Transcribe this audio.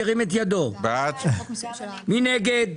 מי נגד?